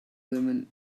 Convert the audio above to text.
woman